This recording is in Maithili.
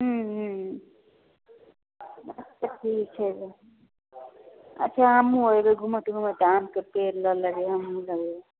हूँ हूँ ठीक छै तऽ अच्छा हमहुँ एबै घूमैत घूमैत आमके पेड़ लऽ लेबै हमहुँ लेबै